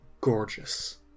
gorgeous